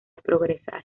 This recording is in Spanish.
progresar